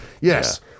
yes